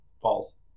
False